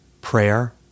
Prayer